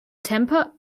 temper